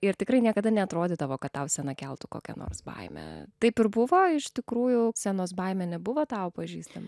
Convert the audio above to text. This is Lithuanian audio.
ir tikrai niekada neatrodydavo kad tau scena keltų kokią nors baimę taip ir buvo iš tikrųjų scenos baimė nebuvo tau pažįstama